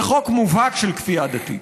זה חוק מובהק של כפייה דתית.